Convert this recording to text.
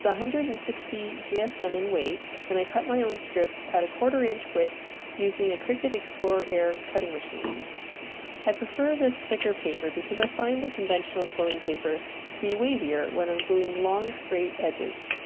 so hundred and sixty gsm in weight and i cut my own strips at a quarter inch width using a cricut explore air cutting machine i prefer this thicker paper because i find the conventional quilling paper to be wavier when i'm gluing long straight edges